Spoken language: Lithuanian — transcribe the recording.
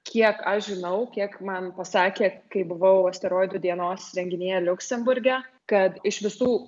kiek aš žinau kiek man pasakė kai buvau asteroidų dienos renginyje liuksemburge kad iš visų